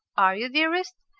are you, dearest?